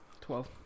Twelve